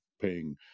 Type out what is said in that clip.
paying